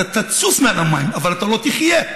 אתה תצוף מעל המים אבל אתה לא תחיה.